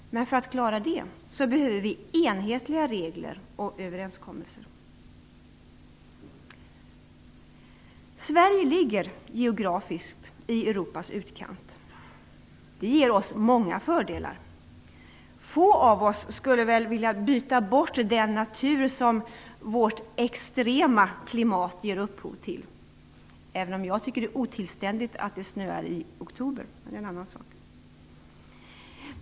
Men för att klara det behöver vi enhetliga regler och överenskommelser. Sverige ligger geografiskt i Europas utkant. Det ger oss många fördelar. Få av oss skulle väl vilja byta bort den natur som vårt "extrema" klimat ger upphov till, även om jag tycker att det är otillständigt att det snöar i oktober. Det är en annan sak.